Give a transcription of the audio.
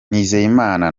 nizeyimana